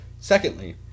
Secondly